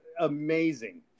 amazing